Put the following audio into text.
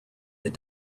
that